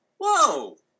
whoa